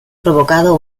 provocado